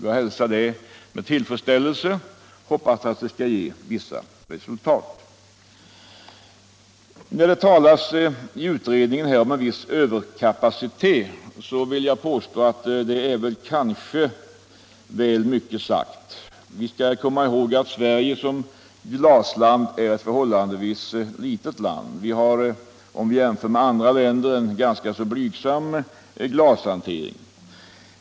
Jag hälsar detta med tillfredsställelse och hoppas att det skall ge resultat. När det i utredningen talas om en viss överkapacitet vill jag hävda att det är väl mycket sagt. Vi skall komma ihåg att Sverige som glasland betraktat är ett förhållandevis litet land. Vi har — om vi jämför med andra länder — en ganska blygsam glashantering.